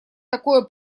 такое